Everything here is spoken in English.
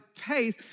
pace